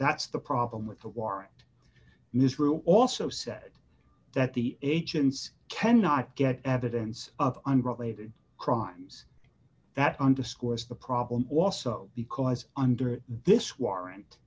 that's the problem with the warrant misrule also said that the agents cannot get evidence of unrelated crimes that underscores the problem also because under this warrant